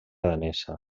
danesa